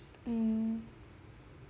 mm